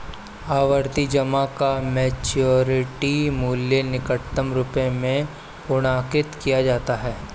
आवर्ती जमा का मैच्योरिटी मूल्य निकटतम रुपये में पूर्णांकित किया जाता है